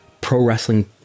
Pro-wrestling